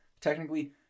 Technically